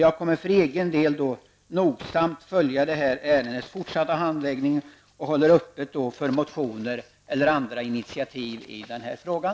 Jag kommer för egen del nogsamt att följa ärendets fortsatta handläggning och håller öppet för motioner eller andra initiativ i frågan.